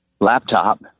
laptop